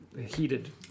Heated